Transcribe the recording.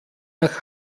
nach